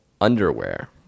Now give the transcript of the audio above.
underwear